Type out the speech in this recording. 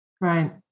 Right